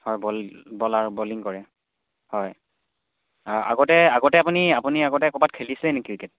হয় বল বলাৰ বলিং কৰে হয় আগতে আগতে আপুনি আপুনি আগতে ক'ৰবাত খেলিছিলে নেকি ক্ৰিকেট